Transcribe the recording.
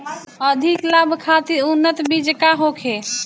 अधिक लाभ खातिर उन्नत बीज का होखे?